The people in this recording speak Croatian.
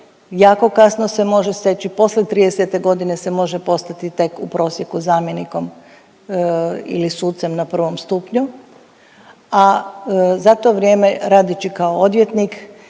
jako kasno se može steći, posije 30.g. se može postati tek u prosjeku zamjenikom ili sucem na prvom stupnju, a za to vrijeme radeći kao odvjetnik